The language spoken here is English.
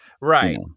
Right